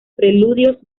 preludios